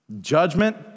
judgment